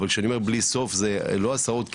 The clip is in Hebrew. אבל שאני אומר בלי סוף זה לא עשרות,